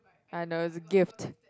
I know it's a gift